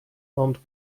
armed